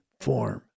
form